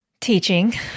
Teaching